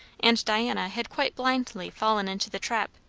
and diana had quite blindly fallen into the trap.